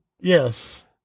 Yes